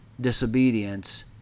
disobedience